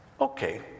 okay